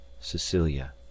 Cecilia